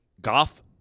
Goff